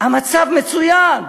המצב מצוין.